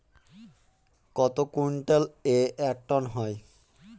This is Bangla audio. কত কুইন্টালে এক টন হয়?